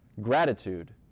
gratitude